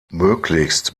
möglichst